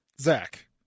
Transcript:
Zach